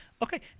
Okay